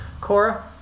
Cora